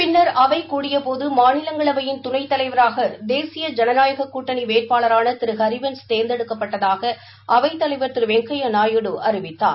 பின்னர் அவை கூடியதுபோது மாநிலங்களவையின் துணைத்தலைவராக தேசிய ஜனநாயக கூட்டணி வேட்பாளரான திரு ஹரிவன்ஸ் தேர்ந்தெடுக்கப்பட்டதாக அவைத்தலைவர் திரு வெங்கையா நாயுடு அறிவித்தார்